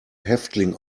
häftling